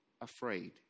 afraid